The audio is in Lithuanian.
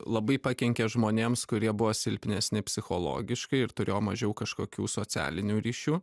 labai pakenkė žmonėms kurie buvo silpnesni psichologiškai ir turėjo mažiau kažkokių socialinių ryšių